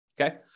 Okay